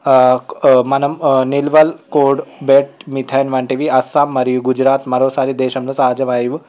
మనం నిలువల్ coal bed methane వంటివి అస్సాం మరియు గుజరాత్ మరోసారి దేశంలో సహజవాయువు